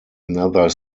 another